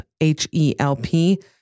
H-E-L-P